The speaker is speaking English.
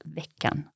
veckan